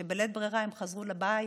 בלית ברירה הם חזרו לבית,